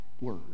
word